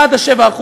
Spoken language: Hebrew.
בעד ה-7%,